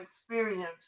experience